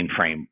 mainframe